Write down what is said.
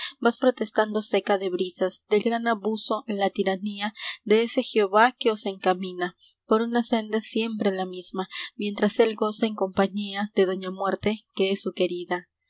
vas protestando seca de brisas del gran abuso la tiranía de ese jehová que os encamina por una senda siempre la misma mientra él goza en compañía de doña muerte que es su querida